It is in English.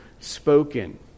spoken